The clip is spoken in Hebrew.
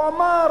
הוא אמר